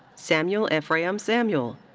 samuel efrayem samuel.